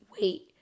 wait